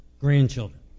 Grandchildren